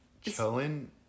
chilling